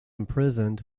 imprisoned